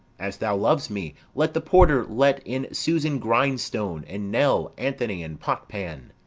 as thou loves me, let the porter let in susan grindstone and nell. anthony, and potpan!